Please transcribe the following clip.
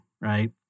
right